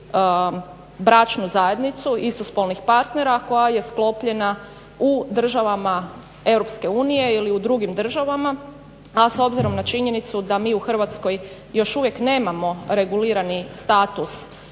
ili bračnu zajednicu istospolnih partnera koja je sklopljena u državama EU ili u drugim državama, a s obzirom na činjenicu da mi u Hrvatskoj još uvijek nemao regulirani status